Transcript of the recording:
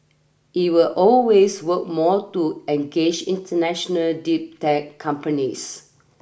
it will always work more to engage international deep tech companies